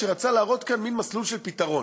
שרצה להראות כאן מין מסלול של פתרון,